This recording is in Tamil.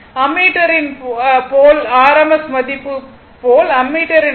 அம்மிட்டரின் போல் RMS மதிப்பு இதே போல் அம்மீட்டரின் ஆர்